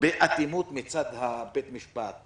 באטימות מצד בית המשפט,